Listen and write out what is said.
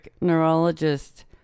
neurologist